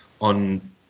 on